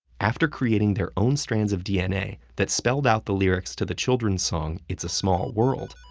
after creating their own strands of dna that spelled out the lyrics to the children's song it's a small world,